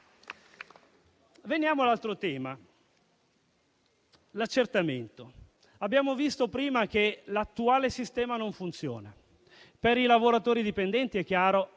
Veniamo all'altro tema: l'accertamento. Abbiamo visto prima che l'attuale sistema non funziona. Per i lavoratori dipendenti - è chiaro